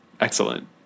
Excellent